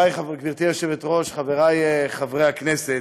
גברתי היושבת-ראש, חבריי חברי הכנסת,